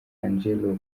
angelo